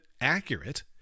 accurate